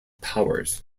powers